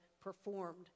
performed